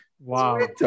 Wow